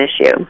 issue